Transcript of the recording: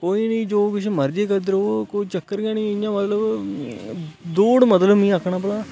कोई नेई जो किश मर्जी करदे रवो कोई चक्कर गै नोई इन्ने बारी मतलब दौड़ मतलब में आक्खना